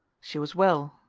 she was well,